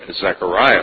Zechariah